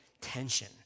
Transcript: tension